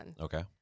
Okay